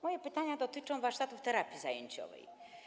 Moje pytania dotyczą warsztatów terapii zajęciowej.